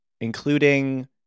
including